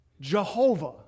Jehovah